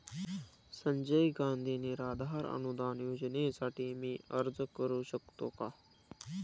संजय गांधी निराधार अनुदान योजनेसाठी मी अर्ज करू शकतो का?